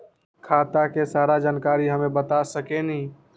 खाता के सारा जानकारी हमे बता सकेनी?